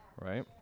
Right